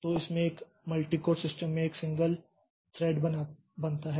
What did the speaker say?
तो इसमें एक मल्टीकोर सिस्टम में एक सिंगल थ्रेड बनता है